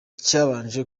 cyabanje